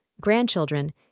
grandchildren